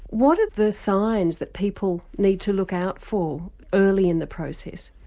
what are the signs that people need to look out for early in the process?